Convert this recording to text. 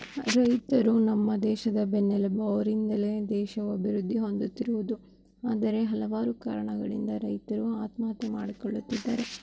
ರೈತರು ನಮ್ಮ ದೇಶದ ಬೆನ್ನೆಲುಬು ಅವರಿಂದಲೇ ದೇಶವು ಅಭಿವೃದ್ಧಿ ಹೊಂದುತ್ತಿರುವುದು ಆದರೆ ಹಲವಾರು ಕಾರಣಗಳಿಂದ ರೈತರು ಆತ್ಮಹತ್ಯೆ ಮಾಡಿಕೊಳ್ಳುತ್ತಿದ್ದಾರೆ